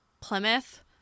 Plymouth